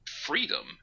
freedom